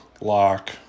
lock